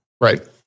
Right